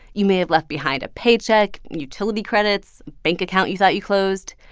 you may have left behind a paycheck, utility credits, bank account you thought you closed.